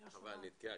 איה מילר,